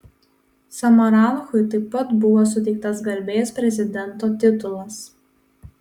samaranchui taip pat buvo suteiktas garbės prezidento titulas